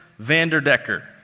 Vanderdecker